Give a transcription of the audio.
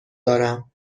دارم